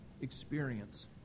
experience